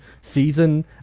season